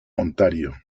ontario